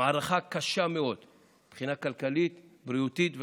מערכה קשה מאוד מבחינה כלכלית, בריאותית וחברתית.